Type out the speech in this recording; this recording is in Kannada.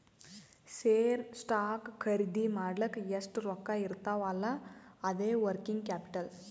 ಶೇರ್, ಸ್ಟಾಕ್ ಖರ್ದಿ ಮಾಡ್ಲಕ್ ಎಷ್ಟ ರೊಕ್ಕಾ ಇರ್ತಾವ್ ಅಲ್ಲಾ ಅದೇ ವರ್ಕಿಂಗ್ ಕ್ಯಾಪಿಟಲ್